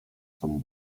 some